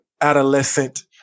adolescent